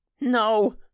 No